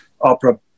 opera